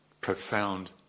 profound